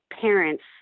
parents